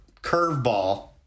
curveball